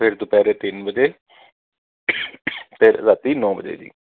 ਫਿਰ ਦੁਪਹਿਰੇ ਤਿੰਨ ਵਜੇ ਫਿਰ ਰਾਤੀ ਨੌਂ ਵਜੇ ਜੀ